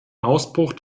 ausbruch